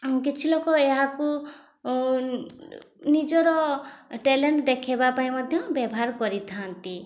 କିଛି ଲୋକ ଏହାକୁ ନିଜର ଟ୍ୟାଲେଣ୍ଟ ଦେଖାଇବା ପାଇଁ ମଧ୍ୟ ବ୍ୟବହାର କରିଥାନ୍ତି